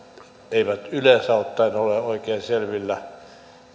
eivät yleensä ottaen ole oikein selvillä